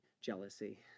jealousy